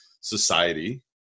society